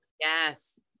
Yes